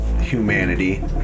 humanity